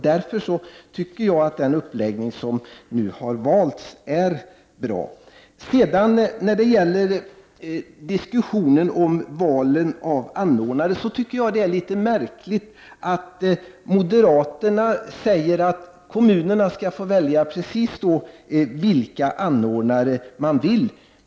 Därför är den uppläggning som nu har valts bra. När det gäller diskussionen om valet av anordnare, tycker jag att det är litet märkligt att moderaterna anser att kommunerna skall få välja precis vilka anordnare de vill.